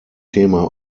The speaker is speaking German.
thema